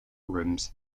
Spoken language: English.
rooms